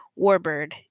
Warbird